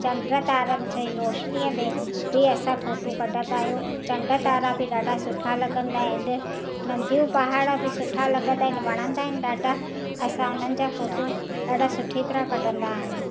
चंड तारनि जी रोशनीअ में बि असां फोटू कढंदा आहियूं चंड तारा बि ॾाढा सुठा लॻंदा आहिनि नदियूं पहाड़ बि सुठा लॻंदा आहिनि वणंदा आहिनि ॾाढा असां उन्हनि जा फोटू ॾाढा सुठी तरह कढंदा आहियूं